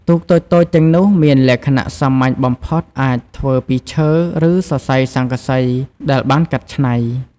ទូកតូចៗទាំងនោះមានលក្ខណៈសាមញ្ញបំផុត អាចធ្វើពីឈើ ឬសរសៃស័ង្កសីដែលបានកាត់ច្នៃ។